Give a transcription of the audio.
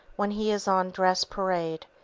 when he is on dress-parade,